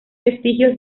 vestigios